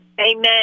Amen